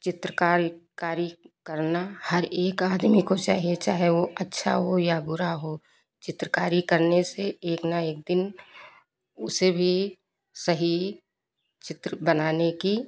चित्रकारी कारी करना हर एक आदमी को चाहिए चाहे वह अच्छा हो या बुरा हो चित्रकारी करने से एक न एक दिन उसे भी सही चित्र बनाने की